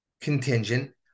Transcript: contingent